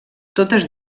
totes